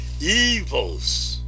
Evils